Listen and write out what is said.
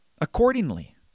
accordingly